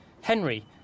Henry